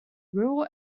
rural